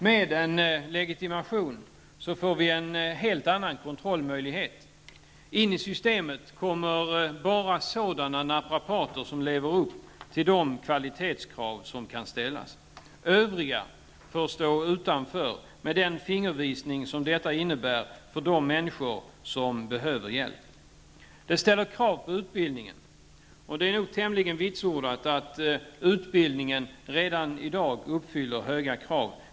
Med en legitimation får vi en helt annan kontrollmöjlighet. In i systemet kommer bara sådana naprapater som lever upp till de kvalitetskrav som kan ställas. Övriga får stå utanför, med den fingervisning som detta innebär för de människor som behöver hjälp. Det ställer krav på utbildningen. Och det är nog tämligen vitsordat att utbildningen redan i dag uppfyller höga krav.